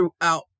throughout